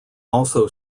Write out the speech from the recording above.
also